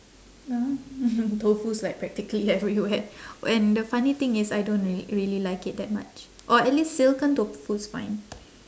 (uh huh) mm tofu's like practically everywhere and the funny thing is I don't re~ really like it that much or at least silken tofu's fine